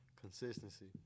Consistency